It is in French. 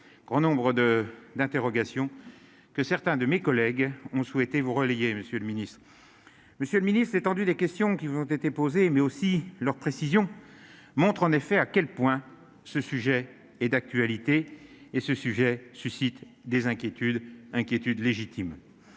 grand nombre de d'interrogations que certains de mes collègues ont souhaité vous Monsieur le Ministre, Monsieur le Ministre, l'étendue des questions qui ont été posées, mais aussi leur précision montre, en effet, à quel point ce sujet est d'actualité et ce sujet suscite des inquiétudes inquiétudes légitimes,